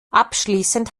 abschließend